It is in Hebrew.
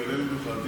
כשהוא יעלה לדוכן,